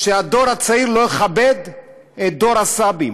שהדור הצעיר לא יכבד את דור הסבים.